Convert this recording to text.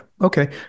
Okay